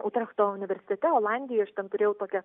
utrechto universitete olandijoj aš ten turėjau tokią